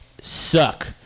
suck